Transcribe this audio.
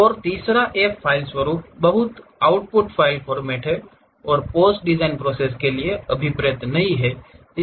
और तीसरा एक फ़ाइल स्वरूप बहुत आउटपुट फ़ाइल फ़ारमैट है और पोस्ट डिजाइन प्रोसैस के लिए अभिप्रेत नहीं है